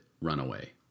Runaway